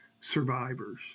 survivors